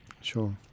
Sure